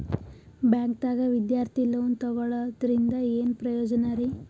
ಬ್ಯಾಂಕ್ದಾಗ ವಿದ್ಯಾರ್ಥಿ ಲೋನ್ ತೊಗೊಳದ್ರಿಂದ ಏನ್ ಪ್ರಯೋಜನ ರಿ?